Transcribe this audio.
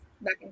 back